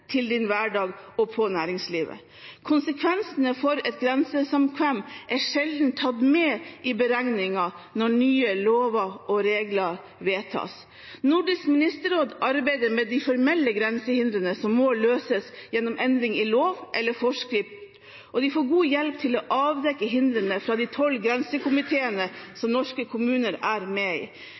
til din hverdag og på næringslivet. Konsekvensene for et grensesamkvem er sjelden tatt med i beregningen når nye lover og regler vedtas. Nordisk ministerråd arbeider med de formelle grensehindrene som må løses gjennom endring i lov eller forskrift, og de får god hjelp til å avdekke hindrene fra de tolv grensekomiteene som norske kommuner er med i.